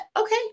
Okay